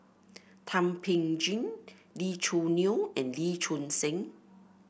Thum Ping Tjin Lee Choo Neo and Lee Choon Seng